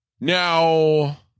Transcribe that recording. Now